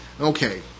Okay